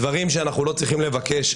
דברים שאנחנו לא צריכים לבקש,